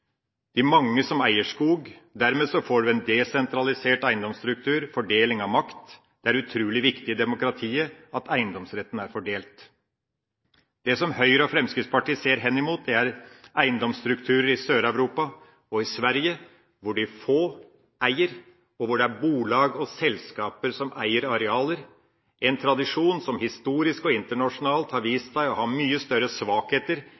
de mange som eier skog. Dermed får vi en desentralisert eiendomsstruktur og fordeling av makt. Det er utrolig viktig i demokratiet at eiendomsretten er fordelt. Det som Høyre og Fremskrittspartiet ser henimot, er eiendomsstrukturer i Sør-Europa og i Sverige, hvor de få eier, og hvor det er bolag og selskaper som eier arealer – en tradisjon som historisk og internasjonalt har vist seg å ha mye større svakheter